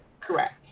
Correct